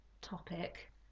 topic